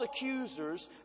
accusers